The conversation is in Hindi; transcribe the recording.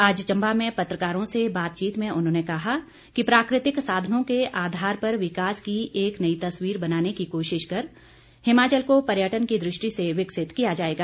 आज चम्बा में पत्रकारों से बातचीत में उन्होंने कहा कि प्राकृतिक साधनों के आधार पर विकास की एक नई तस्वीर बनाने की कोशिश कर हिमाचल को पर्यटन की दृष्टि से विकसित किया जाएगा